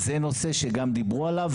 זה נושא שגם דיברו עליו,